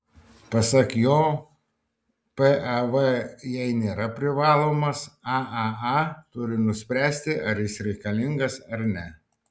pasak jo pav jai nėra privalomas aaa turi nuspręsti ar jis reikalingas ar ne